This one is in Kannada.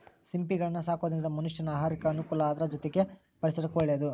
ಸಿಂಪಿಗಳನ್ನ ಸಾಕೋದ್ರಿಂದ ಮನಷ್ಯಾನ ಆಹಾರಕ್ಕ ಅನುಕೂಲ ಅದ್ರ ಜೊತೆಗೆ ಪರಿಸರಕ್ಕೂ ಒಳ್ಳೇದು